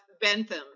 Bentham